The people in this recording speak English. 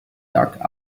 dark